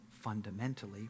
fundamentally